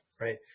right